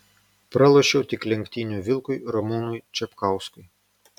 pralošiau tik lenktynių vilkui ramūnui čapkauskui